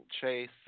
Chase